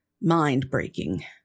mind-breaking